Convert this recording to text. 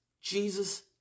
Jesus